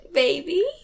baby